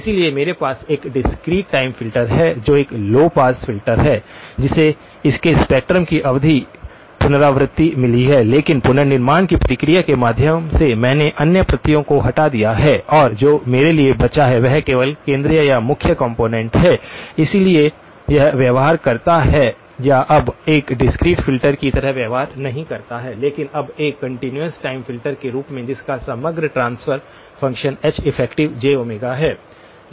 इसलिए मेरे पास एक डिस्क्रीट टाइम फिल्टर है जो एक लौ पास फिल्टर है जिसे इसके स्पेक्ट्रम की आवधिक पुनरावृत्ति मिली है लेकिन पुनर्निर्माण की प्रक्रिया के माध्यम से मैंने अन्य प्रतियों को हटा दिया है और जो मेरे लिए बचा है वह केवल केंद्रीय या मुख्य कॉम्पोनेन्ट है इसलिए यह व्यवहार करता है या अब एक डिस्क्रीट फिल्टर की तरह व्यवहार नहीं करता है लेकिन अब एक कंटीन्यूअस टाइम फिल्टर के रूप में जिसका समग्र ट्रांसफर फंक्शन Heff है